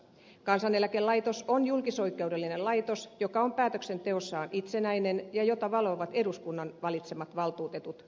kansaneläkelaitos on julkisoikeudellinen laitos joka on päätöksenteossaan itsenäinen ja jota valvovat eduskunnan valitsemat valtuutetut